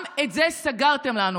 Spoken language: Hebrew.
גם את זה סגרתם לנו.